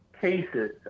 cases